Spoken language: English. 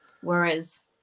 Whereas